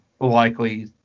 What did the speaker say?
likely